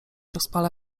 rozpala